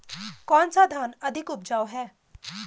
कौन सा धान अधिक उपजाऊ है?